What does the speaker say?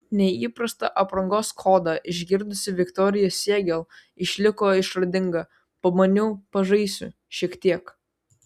neįprastą aprangos kodą išgirdusi viktorija siegel išliko išradinga pamaniau pažaisiu šiek tiek